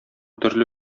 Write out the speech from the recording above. төрле